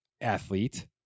athlete